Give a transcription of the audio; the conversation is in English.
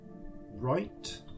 right